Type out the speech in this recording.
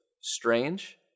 strange